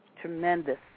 Tremendous